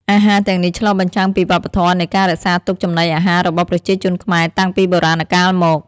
អាហារទាំងនេះឆ្លុះបញ្ចាំងពីវប្បធម៌នៃការរក្សាទុកចំណីអាហាររបស់ប្រជាជនខ្មែរតាំងពីបុរាណកាលមក។